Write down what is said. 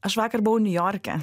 aš vakar buvau niujorke